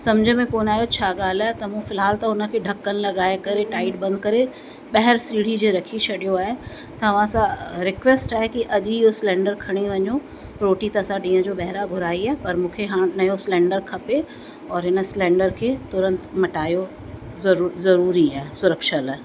समुझ में कोन आहियो छा ॻाल्हि आहे त फ़िलहाल त मूं हुनखे ढक्कण लॻाए करे टाइट बंदि करे ॿाहिरि सीढ़ी ते रखी छॾियो आहे तव्हां सां रिक्वेस्ट आहे कि अॼु इहो सिलेंडर खणी वञो रोटी त असां ॾींहं जो ॿाहिरां घुराई आहे पर मूंखे हाणे नयों सिलेंडर खपे और हिन सिलेंडर के तुरंत मटायो ज़रूरु ज़रूरी आहे सुरक्षा लाइ